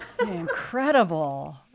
Incredible